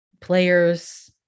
players